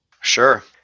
Sure